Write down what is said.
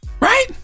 right